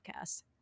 podcast